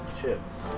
chips